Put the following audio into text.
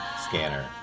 scanner